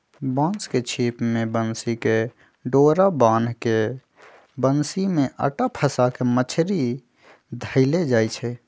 बांस के छिप में बन्सी कें डोरा बान्ह् के बन्सि में अटा फसा के मछरि धएले जाइ छै